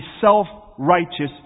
self-righteous